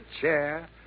chair